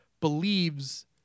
believes